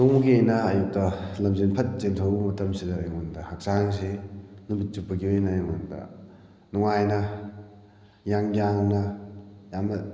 ꯅꯣꯡꯃꯒꯤ ꯑꯩꯅ ꯑꯌꯨꯛꯇ ꯂꯝꯖꯦꯟ ꯐꯠ ꯆꯦꯟꯊꯣꯛꯂꯨꯕ ꯃꯇꯝꯁꯤꯗ ꯑꯩꯉꯣꯟꯗ ꯍꯛꯆꯥꯡꯁꯤ ꯅꯨꯃꯤꯠ ꯆꯨꯞꯄꯒꯤ ꯑꯣꯏꯅ ꯑꯩꯉꯣꯟꯗ ꯅꯨꯡꯉꯥꯏꯅ ꯏꯌꯥꯡ ꯌꯥꯡꯅ ꯌꯥꯝꯅ